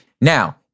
Now